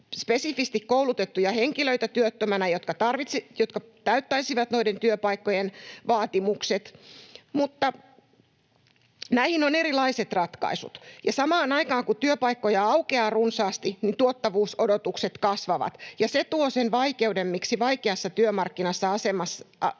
spesifisti koulutettuja henkilöitä, jotka täyttäisivät noiden työpaikkojen vaatimukset, mutta näihin on erilaiset ratkaisut. Ja samaan aikaan kun työpaikkoja aukeaa runsaasti, tuottavuusodotukset kasvavat, ja se tuo sen vaikeuden, miksi vaikeassa työmarkkina-asemassa